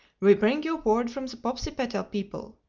we bring you word from the popsipetel people.